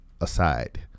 aside